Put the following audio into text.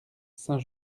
saint